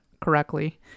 correctly